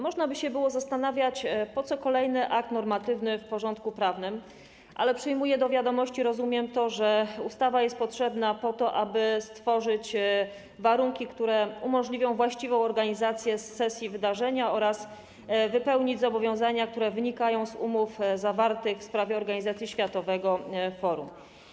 Można by się było zastanawiać, po co kolejny akt normatywny w porządku prawnym, ale przyjmuję do wiadomości, rozumiem to, że ustawa jest potrzebna po to, aby stworzyć warunki, które umożliwią właściwą organizację sesji wydarzenia oraz wypełnienie zobowiązań, które wynikają z umów zawartych w sprawie organizacji światowego forum.